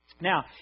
Now